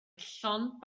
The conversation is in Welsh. llond